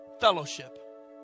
fellowship